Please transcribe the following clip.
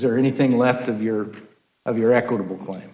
there anything left of your of your equitable claim